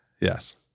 yes